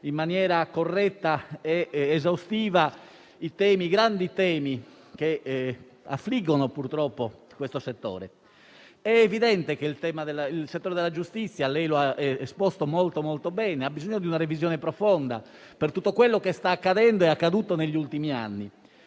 in maniera corretta ed esaustiva i grandi temi che affliggono purtroppo questo settore. È evidente che il settore della giustizia - lei, Ministra, lo ha esposto molto bene - ha bisogno di una revisione profonda, per tutto quello che sta accadendo ed è accaduto negli ultimi anni.